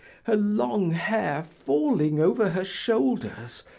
her long hair falling over her shoulders,